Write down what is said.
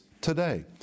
today